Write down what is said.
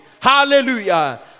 Hallelujah